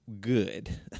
good